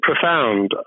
profound